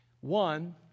One